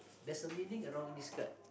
there's a meaning around this card